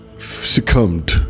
succumbed